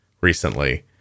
recently